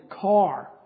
car